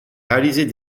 réaliser